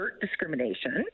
discrimination